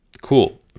Cool